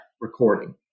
recording